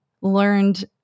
learned